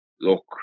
look